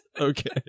Okay